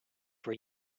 for